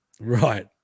Right